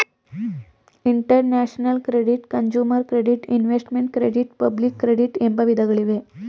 international credit, consumer credit, investment credit public credit ಎಂಬ ವಿಧಗಳಿವೆ